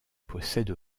possède